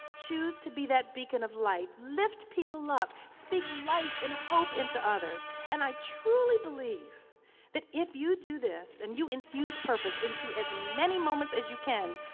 choose to be that beacon of light, lift people up, speak life and hope into others, and i truly believe that if you do this and you infuse purpose into as many moments as you can,